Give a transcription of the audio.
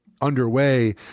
underway